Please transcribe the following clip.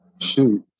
shoot